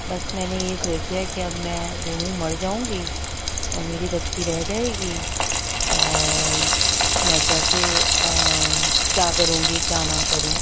بس میں نے یہی سوچ لیا کہ میں اب جو ہوں مر جاؤں گی اور میری بچی رہ جائے گی اور میں کیسے کیا کروں گی کیا نہ کروں